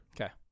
Okay